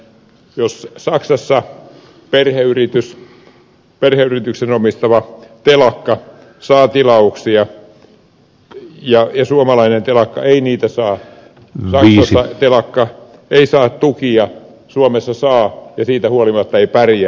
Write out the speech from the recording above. jos saksassa perheyrityksen omistama telakka saa tilauksia ja suomalainen telakka ei niitä saa saksassa telakka ei saa tukia suomessa saa ja siitä huolimatta ei pärjää